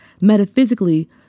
metaphysically